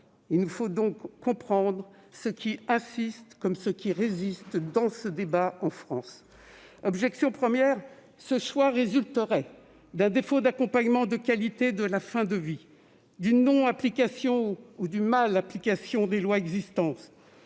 Il nous faut donc comprendre ce qui insiste comme ce qui résiste dans ce débat en France. L'objection première est qu'un tel choix résulterait d'un défaut d'accompagnement de qualité de la fin de vie, d'une non-application ou d'une mauvaise application des lois existantes,